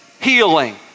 healing